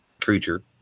creature